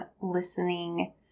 listening